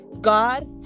God